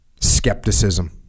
skepticism